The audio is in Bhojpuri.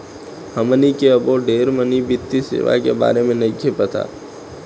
हमनी के अबो ढेर मनी वित्तीय सेवा के बारे में नइखे पता